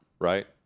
right